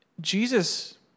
Jesus